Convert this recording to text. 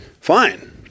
fine